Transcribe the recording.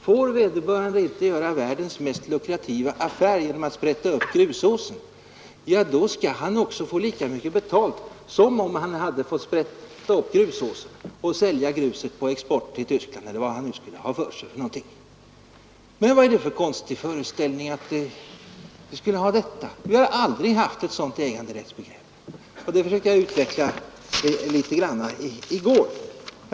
Får vederbörande inte göra världens mest lukrativa affär genom att sprätta upp en grusås, ja då skall han få lika mycket betalt som om han hade fått sprätta upp grusåsen och sälja gruset på export till Tyskland, eller vad han nu skulle göra med det. Vad är detta för konstig föreställning? Vi har aldrig haft ett sådant äganderättsbegrepp, och det försökte jag utveckla litet i går.